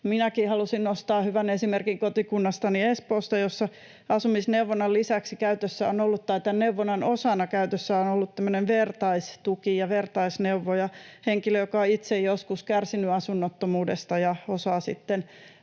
Minäkin halusin nostaa hyvän esimerkin kotikunnastani Espoosta, jossa asumisneuvonnan osana käytössä on ollut tämmöinen vertaistuki, vertaisneuvoja: henkilö, joka on itse joskus kärsinyt asunnottomuudesta ja osaa